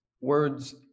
words